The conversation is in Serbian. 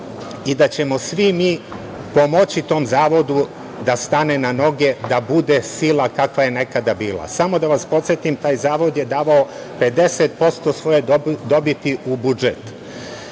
i da ćemo svi mi pomoći tom Zavodu da stane na noge da bude sila kakva je nekada bila. Samo da vas podsetim, taj Zavod je davao 50% svoje dobiti u budžet.